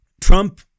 Trump